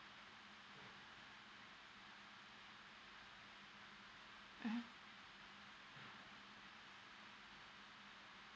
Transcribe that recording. mmhmm